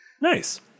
Nice